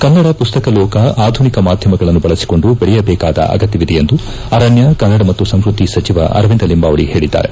ಕನ್ನಡ ಪುಸ್ತಕ ಲೋಕ ಆಧುನಿಕ ಮಾಧ್ಯಮಗಳನ್ನು ಬಳಸಿಕೊಂಡು ಬೆಳೆಯಬೇಕಾದ ಅಗತ್ತವಿದೆ ಎಂದು ಅರಣ್ಯಕನ್ನಡ ಮತ್ತು ಸಂಸ್ಕೃತಿ ಸಚಿವ ಅರವಿಂದ ಲಿಂಬಾವಳಿ ಹೇಳಿದ್ದಾರೆ